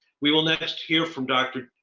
we will next hear from dr.